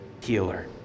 healer